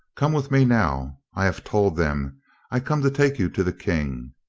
come with me now. i have told them i come to take you to the king.